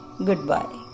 Goodbye